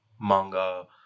manga